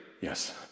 Yes